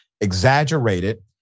exaggerated